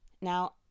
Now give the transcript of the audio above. Now